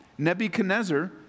Nebuchadnezzar